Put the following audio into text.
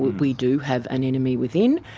we do have an enemy within,